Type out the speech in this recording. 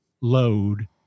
load